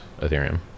Ethereum